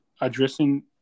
addressing